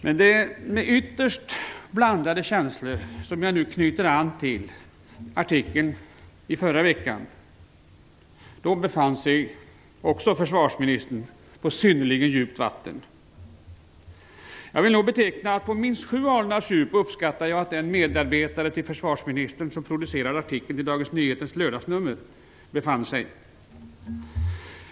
Det är dock med ytterst blandade känslor som jag nu knyter an till artikeln i förra veckan. Då befann sig försvarsministern också på synnerligen djupt vatten. På minst sju alnars djup uppskattar jag att den medarbetare till försvarsministern befann sig, som producerade artikeln till Dagens Nyheters lördagsnummer.